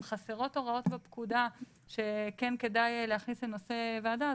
חסרות הוראות בפקודה שכן כדאי להכניס כנושא ועדה,